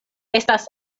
estas